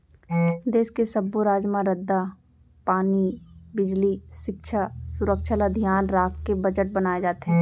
देस के सब्बो राज म रद्दा, पानी, बिजली, सिक्छा, सुरक्छा ल धियान राखके बजट बनाए जाथे